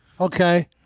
okay